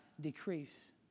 decrease